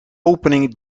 opening